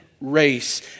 race